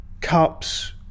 cups